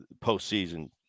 postseason